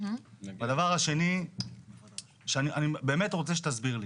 והדבר השני שאני באמת רוצה שתסביר לי.